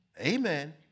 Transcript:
Amen